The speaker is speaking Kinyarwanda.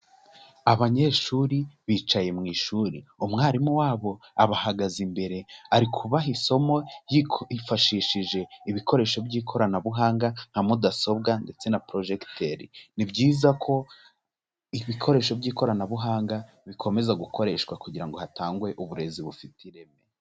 Abanyeshuri bicaye mu ishuri, umwarimu wabo abahagaze imbere ari kubaha isomo yifashishije ibikoresho by'ikoranabuhanga nka mudasobwa ndetse na porojegiteri. Ni byiza ko ibikoresho by'ikoranabuhanga bikomeza gukoreshwa kugira ngo hatangwe uburezi bufite ireme.